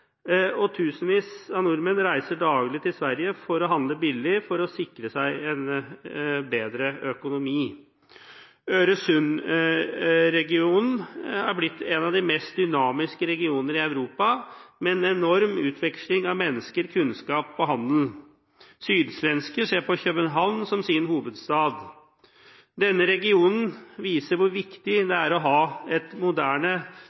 og tusenvis av nordmenn reiser daglig til Sverige for å handle billig for å sikre seg en bedre økonomi. Øresund-regionen er blitt en av de mest dynamiske regioner i Europa med en enorm utveksling av mennesker, kunnskap og handel. Sydsvensker ser på København som sin hovedstad. Denne regionen viser hvor viktig det er å ha et moderne